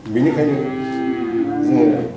बिनिखायनो जोङो